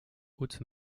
haute